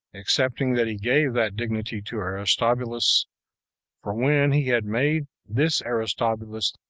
excepting that he gave that dignity to aristobulus for when he had made this aristobulus,